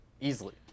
Easily